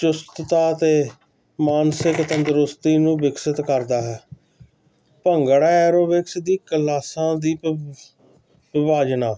ਚੁਸਤਤਾ ਅਤੇ ਮਾਨਸਿਕ ਤੰਦਰੁਸਤੀ ਨੂੰ ਵਿਕਸਿਤ ਕਰਦਾ ਹੈ ਭੰਗੜਾ ਐਰੋਬਿਕਸ ਦੀ ਕਲਾਸਾਂ ਦੀ ਵਾਜਣਾ